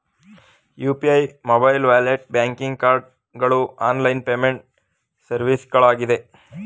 UPI, mobile wallet, banking cards ಗಳು online payment ಸರ್ವಿಸ್ಗಳಾಗಿವೆ